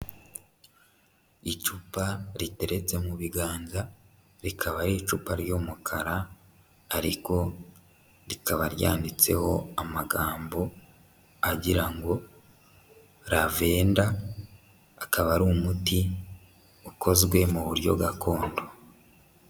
Icupa riteretse mu biganza, rikaba ari icupa ry'umukara ariko rikaba ryanditseho amagambo agirango ngo ravenda, akaba ari umuti ukozwe mu buryo gakondo.